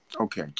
Okay